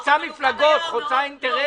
חוצה מפלגות, חוצה אינטרסים.